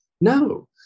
No